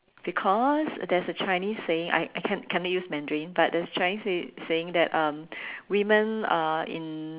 because there's a Chinese saying I I can't cannot use Mandarin but there's a Chinese say~ saying that um women uh in